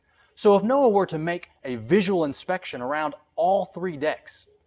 so if noah were to make a visual inspection around all three decks,